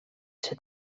ser